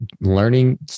learning